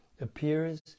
appears